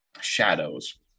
Shadows